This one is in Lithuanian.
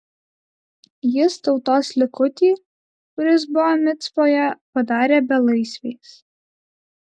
jis tautos likutį kuris buvo micpoje padarė belaisviais